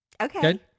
Okay